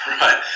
Right